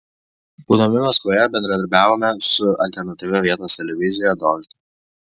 būdami maskvoje bendradarbiavome su alternatyvia vietos televizija dožd